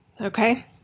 Okay